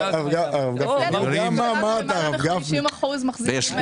למעלה מ-50% מחזיקים ארנק דיגיטאלי.